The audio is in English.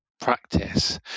practice